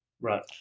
right